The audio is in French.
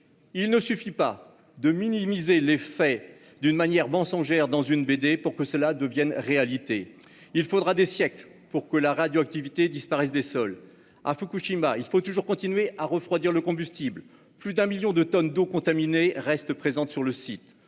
Il ne suffit pas de minimiser les faits d'une manière mensongère dans une bande dessinée pour que cela devienne réalité ! Il faudra des siècles pour que la radioactivité disparaisse des sols. À Fukushima, il faut continuer à refroidir le combustible. Plus d'un million de tonnes d'eau contaminée restent présentes sur le site.